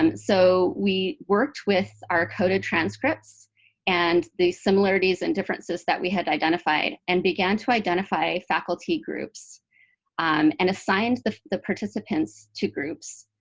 um so we worked with our coded transcripts and the similarities and differences that we had identified and began to identify faculty groups um and assigned the the participants to groups.